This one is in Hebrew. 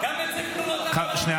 גם נציב תלונות --- שנייה,